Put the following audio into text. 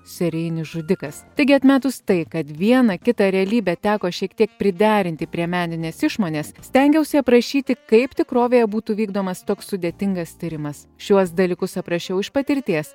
serijinis žudikas taigi atmetus tai kad vieną kitą realybę teko šiek tiek priderinti prie meninės išmonės stengiausi aprašyti kaip tikrovėje būtų vykdomas toks sudėtingas tyrimas šiuos dalykus aprašiau iš patirties